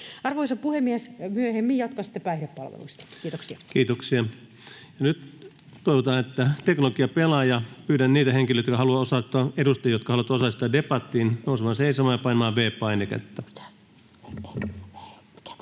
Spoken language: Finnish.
Arvoisa puhemies! Myöhemmin jatkan sitten päihdepalveluista. – Kiitoksia. Kiitoksia. — Nyt toivotaan, että teknologia pelaa. Pyydän niitä edustajia, jotka haluavat osallistua debattia, nousemaan seisomaan ja painamaan V-painiketta. —